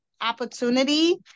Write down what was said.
opportunity